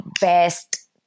best